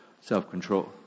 self-control